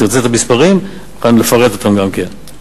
תרצה את המספרים, אפרט אותם גם כן.